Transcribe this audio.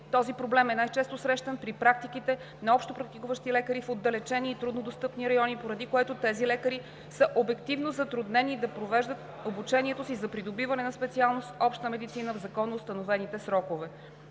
Този проблем е най-често срещан при практиките на общопрактикуващи лекари в отдалечени и труднодостъпни райони, поради което тези лекари са обективно затруднени да провеждат обучението си за придобиване на специалност „Обща медицина“ в законоустановените срокове.